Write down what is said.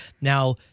Now